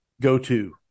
go-to